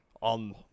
on